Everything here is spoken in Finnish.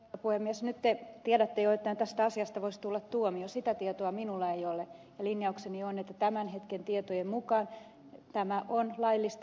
nyt te tiedätte jo että tästä asiasta voisi tulla tuomio sitä tietoa minulla ei ole ja linjaukseni on että tämän hetken tietojen mukaan tämä on laillista